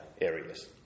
areas